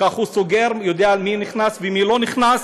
כך הוא סוגר, יודע מי נכנס ומי לא נכנס,